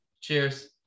cheers